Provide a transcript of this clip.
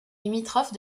limitrophe